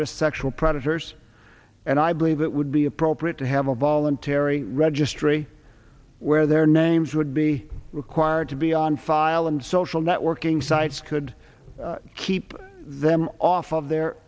risk sexual predators and i believe it would be appropriate to have a voluntary registry where their names would be required to be on file and social networking sites could keep them off of their